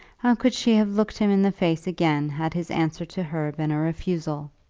could she have looked him in the face again had his answer to her been a refusal?